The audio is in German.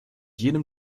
jenem